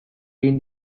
egin